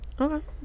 Okay